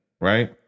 right